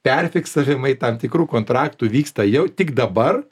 perfiksavimai tam tikrų kontraktų vyksta jau tik dabar